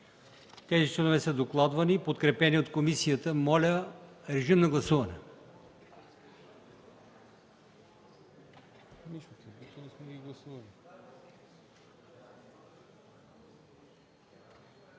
63, които са докладвани и подкрепени от комисията. Моля, режим на гласуване.